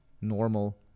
normal